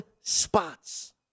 spots